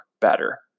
better